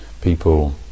people